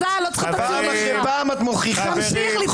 כסיף,